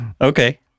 Okay